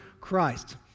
Christ